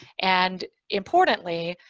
and importantly,